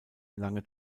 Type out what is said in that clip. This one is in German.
lange